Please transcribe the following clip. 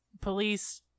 police